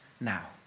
now